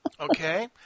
Okay